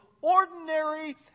ordinary